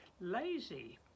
lazy